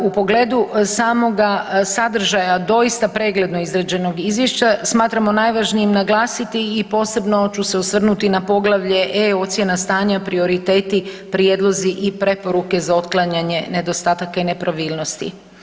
U pogledu samoga sadržaja doista pregledano izrađenog izvješća, smatramo najvažnijim naglasiti i posebno ću se osvrnuti na poglavlje E ocjena stanja prioriteti, prijedlozi i preporuke za otklanjanje nedostataka i nepravilnosti.